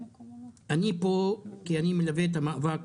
אני פה כי אני מלווה את המאבק